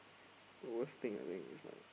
the worst thing I think is like